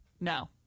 No